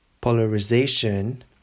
polarization